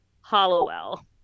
Hollowell